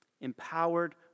empowered